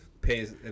pays